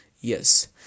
yes